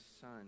son